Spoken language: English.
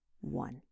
one